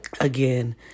Again